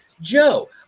Joe